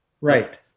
Right